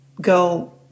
go